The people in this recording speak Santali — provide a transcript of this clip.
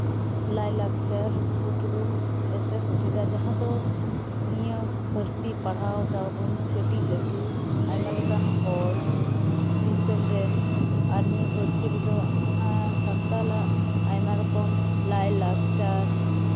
ᱞᱟᱭᱼᱞᱟᱠᱪᱟᱨ ᱩᱯᱨᱩᱢ ᱮᱥᱮᱨ ᱦᱚᱪᱚᱭᱫᱟ ᱡᱟᱦᱟᱸ ᱫᱚ ᱱᱤᱭᱟᱹ ᱯᱟᱹᱨᱥᱤ ᱯᱟᱲᱦᱟᱣ ᱫᱟᱵᱚᱱ ᱠᱟᱹᱴᱤᱡ ᱞᱟᱹᱴᱩ ᱟᱭᱢᱟ ᱞᱮᱠᱟᱱ ᱦᱚᱲ ᱫᱤᱥᱚᱢ ᱨᱮᱱ ᱟᱨ ᱱᱤᱭᱟᱹ ᱯᱟᱹᱨᱥᱤ ᱨᱮᱫᱚ ᱥᱟᱱᱛᱟᱲᱟᱜ ᱟᱭᱢᱟ ᱨᱚᱠᱚᱢ ᱞᱟᱭᱼᱞᱟᱠᱪᱟᱨ